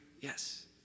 Yes